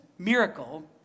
miracle